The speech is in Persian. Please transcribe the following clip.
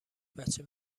بچه